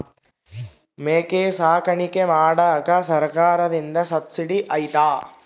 ಮೇಕೆ ಸಾಕಾಣಿಕೆ ಮಾಡಾಕ ಸರ್ಕಾರದಿಂದ ಸಬ್ಸಿಡಿ ಐತಾ?